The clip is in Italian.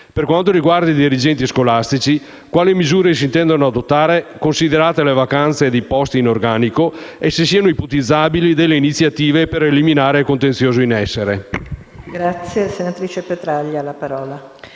Per quanto riguarda i dirigenti scolastici, si chiede di conoscere quali misure si intendano adottare considerate le vacanze di posti in organico e se se siano ipotizzabili iniziative per eliminare il contenzioso in essere.